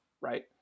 Right